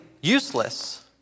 useless